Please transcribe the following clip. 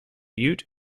ute